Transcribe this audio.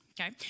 okay